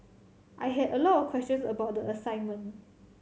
I had a lot of questions about the assignment